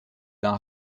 d’un